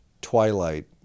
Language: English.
Twilight